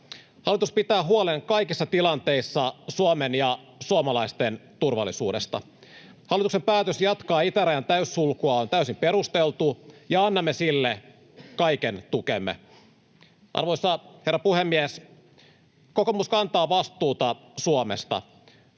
Hallitus pitää kaikissa tilanteissa huolen Suomen ja suomalaisten turvallisuudesta. Hallituksen päätös jatkaa itärajan täyssulkua on täysin perusteltu, ja annamme sille kaiken tukemme. Arvoisa herra puhemies! Kokoomus kantaa vastuuta Suomesta.